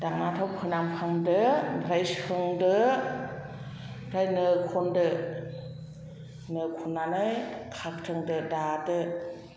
दांनाथ' फोनांहांदो ओमफ्राय सोंदो ओमफ्राय नो खनदो नो खननानै खाख्थोंदो दादो